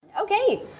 Okay